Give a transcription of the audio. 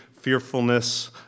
Fearfulness